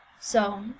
so